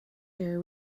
air